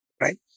right